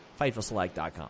FightfulSelect.com